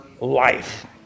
life